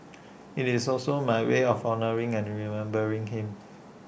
IT is also my way of honouring and remembering him